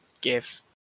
give